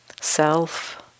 self